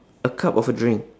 a cup of a drink